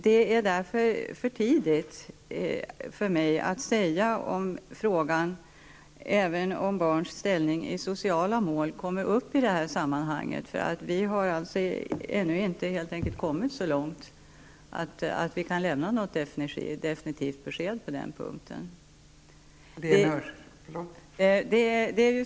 Det är därför för tidigt för mig att säga om även frågan om barns ställning i sociala mål kommer upp i detta sammanhang, eftersom vi helt enkelt ännu inte har kommit så långt att vi kan lämna något definitivt besked på den punkten.